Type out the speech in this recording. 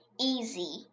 Easy